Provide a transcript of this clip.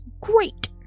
Great